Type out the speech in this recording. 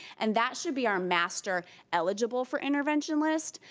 and that should be our master eligible for intervention list,